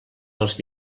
els